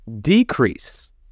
decrease